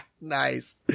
Nice